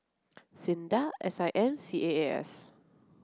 SINDA S I M C A A S